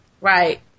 Right